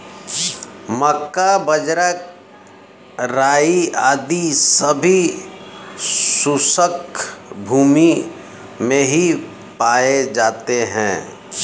मक्का, बाजरा, राई आदि सभी शुष्क भूमी में ही पाए जाते हैं